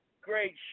great